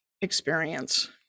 experience